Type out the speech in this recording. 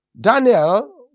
Daniel